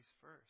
first